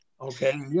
Okay